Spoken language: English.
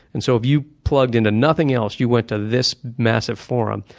and so if you plugged into nothing else, you went to this massive forum,